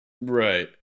Right